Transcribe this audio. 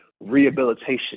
rehabilitation